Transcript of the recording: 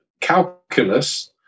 calculus